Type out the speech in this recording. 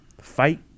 fight